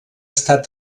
estat